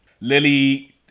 lily